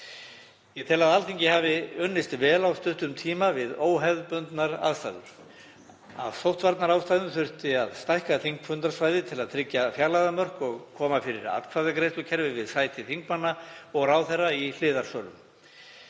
Ég tel að Alþingi hafi unnist vel á stuttum tíma við óhefðbundnar aðstæður. Af sóttvarnaástæðum þurfti að stækka þingfundasvæði til að tryggja fjarlægðarmörk og koma fyrir atkvæðagreiðslukerfi við sæti þingmanna og ráðherra í hliðarsölum.